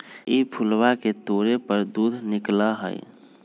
ई फूलवा के तोड़े पर दूध निकला हई